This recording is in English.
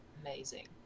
amazing